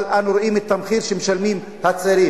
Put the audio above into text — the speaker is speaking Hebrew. אבל אנו רואים את המחיר שמשלמים הצעירים,